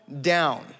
down